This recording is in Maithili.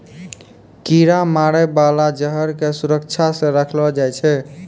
कीरा मारै बाला जहर क सुरक्षा सँ रखलो जाय छै